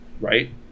right